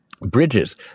Bridges